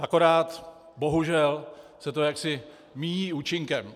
Akorát, bohužel, se to jaksi míjí účinkem.